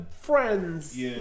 friends